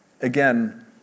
Again